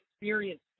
experience